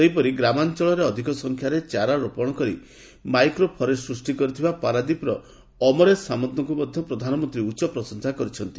ସେହିପରି ଗ୍ରାମାଞ୍ଚଳରେ ଅଧିକ ସଂଖ୍ୟାରେ ଚାରା ରୋପଣ କରି ମାଇକ୍ରୋ ଫରେଷ୍ଟ ସୃଷ୍ଟି କରିଥିବା ପାରାଦୀପର ଅମରେଶ ସାମନ୍ତଙ୍କୁ ମଧ୍ୟ ପ୍ରଧାନମନ୍ତ୍ରୀ ଉଚ୍ଚ ପ୍ରଶଂସା କରିଛନ୍ତି